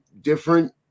different